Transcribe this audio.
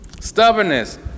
Stubbornness